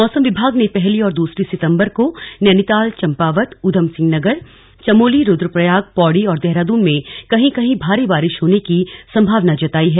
मौसम विभाग ने पहली और दूसरी सितंबर को नैनीताल चम्पावत उधमसिंह नगर चमोली रूद्रप्रयाग पौड़ी और देहरादून में कहीं कहीं भारी बारिश होने की संभावना जताई है